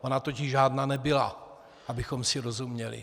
Ona totiž žádná nebyla, abychom si rozuměli.